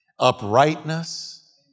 Uprightness